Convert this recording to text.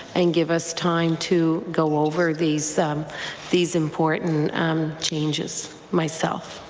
and give us time to go over these these important changes myself.